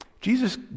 Jesus